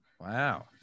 Wow